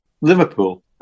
Liverpool